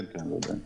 כן.